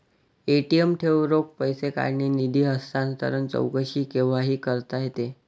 ATM ठेव, रोख पैसे काढणे, निधी हस्तांतरण, चौकशी केव्हाही करता येते